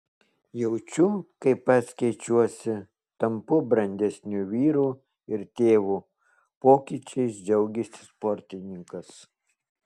jaučiu kaip pats keičiuosi tampu brandesniu vyru ir tėvu pokyčiais džiaugėsi sportininkas